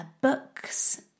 Books